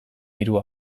hiru